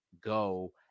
go